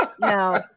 No